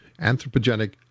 anthropogenic